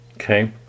Okay